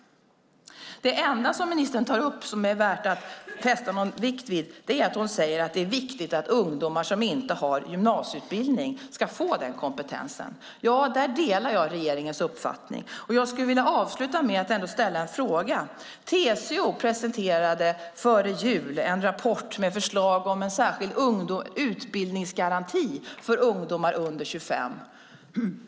Det enda som ministern säger, som det är värt att fästa någon vikt vid, är att det är viktigt att ungdomar som inte har gymnasieutbildning ska få den kompetensen. Ja, där delar jag regeringens uppfattning. Och jag skulle vilja avsluta med att ställa en fråga. TCO presenterade före jul en rapport med förslag om en särskild utbildningsgaranti för ungdomar under 25.